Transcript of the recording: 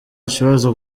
kibazo